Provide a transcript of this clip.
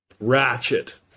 Ratchet